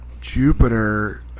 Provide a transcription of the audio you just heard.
Jupiter